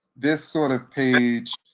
this sort of page,